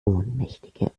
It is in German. ohnmächtige